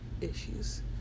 issues